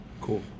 Cool